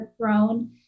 grown